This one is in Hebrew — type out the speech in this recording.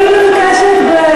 אני מבקשת,